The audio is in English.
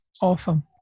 Awesome